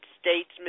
States